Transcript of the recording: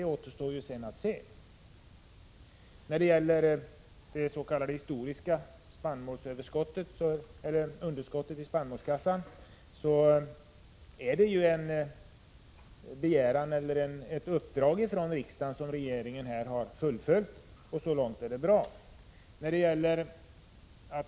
Beträffande det historiska underskottet i spannmålskassan har regeringen fullföljt en begäran, ett uppdrag från riksdagen. Så långt är det bra.